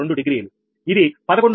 2 డిగ్రీఇది 11